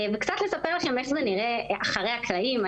וקצת לספר לכם איך זה נראה מאחורי הקלעים.